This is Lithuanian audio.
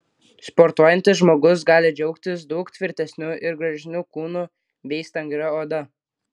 sportuojantis žmogus gali džiaugtis daug tvirtesniu ir gražesniu kūnu bei stangria oda